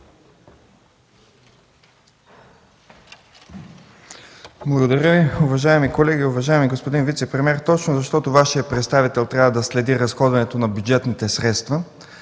Благодаря Ви. Уважаеми колеги! Уважаеми господин вицепремиер, точно защото Вашият представител трябва да следи разходването на бюджетните средства,